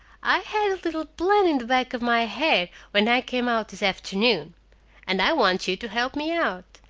i had a little plan in the back of my head when i came out this afternoon and i want you to help me out.